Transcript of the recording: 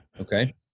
okay